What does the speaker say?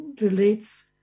relates